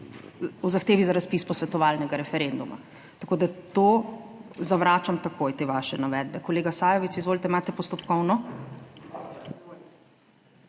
o zahtevi za razpis posvetovalnega referenduma. Tako da to zavračam, takoj te vaše navedbe. Kolega Sajovic, izvolite. Imate postopkovno.